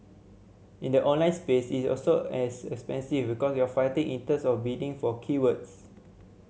in the online space it's also as expensive because you're fighting in terms of bidding for keywords